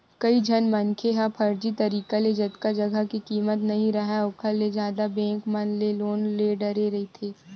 कइझन मनखे ह फरजी तरिका ले जतका जघा के कीमत नइ राहय ओखर ले जादा बेंक मन ले लोन ले डारे रहिथे